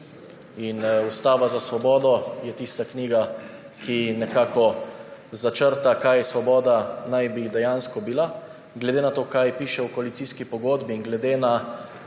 Ustava za svobodo je tista knjiga, ki nekako začrta, kaj naj bi svoboda dejansko bila. Glede na to, kar piše v koalicijski pogodbi, in glede na